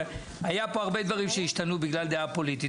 היו פה הרבה דברים שהשתנו בגלל דעה פוליטית,